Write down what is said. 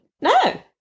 no